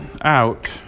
out